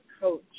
coach